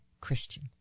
Christian